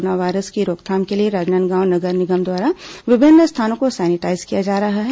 corona virus की रोकथाम के लिए राजनांदगांव नगर निगम द्वारा विभिन्न स्थानों को सैनिटाईज किया जा रहा है